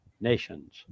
Nations